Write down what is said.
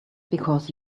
because